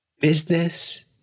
Business